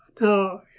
Now